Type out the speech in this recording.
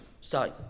Sorry